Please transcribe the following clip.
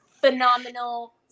phenomenal